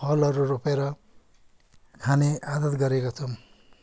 फलहरू रोपेर खाने आदत गरेका छौँ